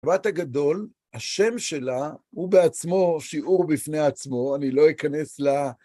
שבת הגדול, השם שלה הוא בעצמו שיעור בפני עצמו, אני לא אכנס ל...